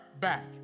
back